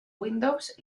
windows